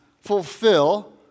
fulfill